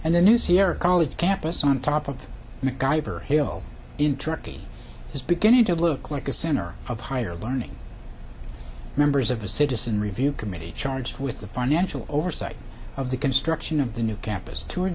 and the new sierra college campus on top of the macgyver hill in turkey is beginning to look like a center of higher learning members of the citizen review committee charged with the financial oversight of the construction of the new campus to